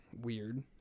Weird